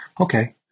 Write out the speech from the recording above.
Okay